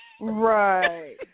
Right